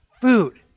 food